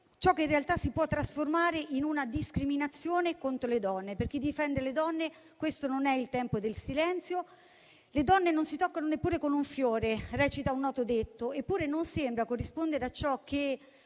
ciò che in realtà si può trasformare in una discriminazione contro le donne. Per chi difende le donne questo non è il tempo del silenzio. Le donne non si toccano neppure con un fiore, recita un noto detto; eppure non sembra corrispondere a ciò che